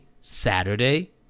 Saturday